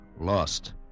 lost